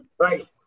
Right